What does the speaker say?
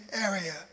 area